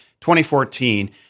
2014